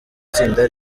itsinda